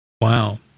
Wow